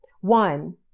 One